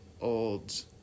old